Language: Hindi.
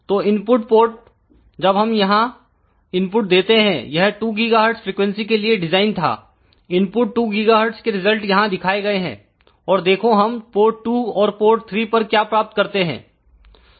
तो इनपुट पोर्ट जब हम यहां इनपुट देते हैं यह 2 GHz फ्रीक्वेंसी के लिए डिजाइन था इनपुट 2 GHz के रिजल्ट यहां दिखाए गए हैं और देखो हम पोर्ट 2 और पोर्ट 3 पर क्या प्राप्त करते हैं